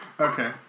okay